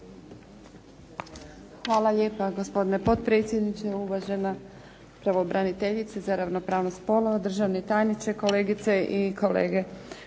Hvala lijepo gospodine potpredsjedniče. Uvažena pravobraniteljice za ravnopravnost spolova, državni tajniče, kolegice i kolege